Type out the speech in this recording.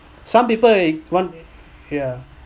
some people a want ya